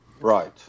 Right